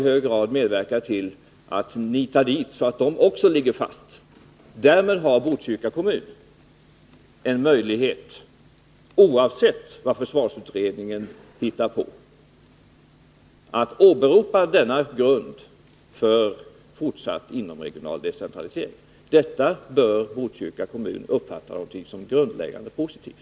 Därmed kan Botkyrka kommun — oavsett vad försvarsutredningen hittar på — åberopa detta som grund för fortsatt inomregional lokalisering. Detta bör Botkyrka uppfatta som någonting grundläggande positivt.